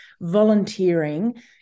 volunteering